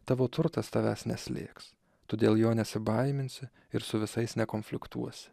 tavo turtas tavęs neslėgs tu dėl jo nesibaiminsi ir su visais nekonfliktuosi